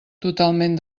totalment